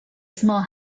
small